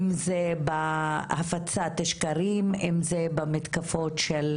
אם זה בהפצת שקרים, אם זה במתקפות של